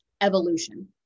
evolution